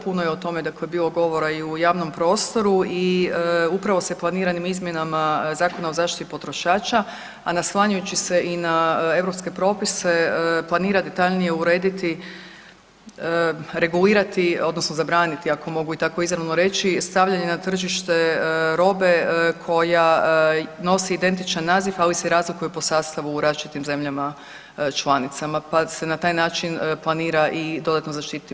Puno je o tome dakle bilo govora i u javnom prostoru i upravo se planiranim izmjenama Zakona o zaštiti potrošača, a naslanjajući se i na europske propise planira detaljnije urediti, regulirati odnosno zabraniti ako mogu i tako izravno reći stavljanje na tržište robe koja nosi identičan naziv ali se i razlikuje po sastavu u različitim zemljama članicama pa se na taj način planira i dodatno zaštiti potrošača.